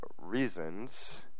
reasons